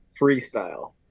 freestyle